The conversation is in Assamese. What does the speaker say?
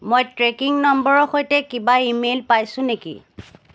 মই ট্ৰেকিং নম্বৰৰ সৈতে কিবা ইমেইল পাইছো নেকি